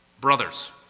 Brothers